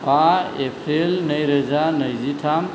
बा एप्रिल नै रोजा नैजिथाम